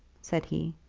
said he,